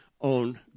on